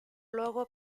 luogo